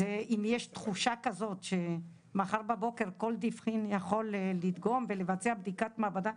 אם יש תחושה כזאת שמחר בבוקר כל דכפין יכול לדגום ולבצע בדיקת מעבדה,